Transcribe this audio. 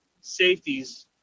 safeties